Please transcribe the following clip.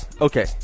okay